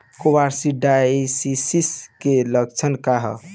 Coccidiosis के लक्षण का ह?